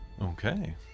Okay